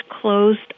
closed